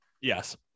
Yes